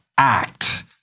Act